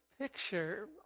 picture